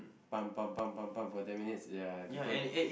pam pam pam pam pam for ten minutes ya people